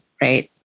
right